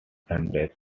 sundays